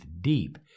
deep